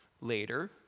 later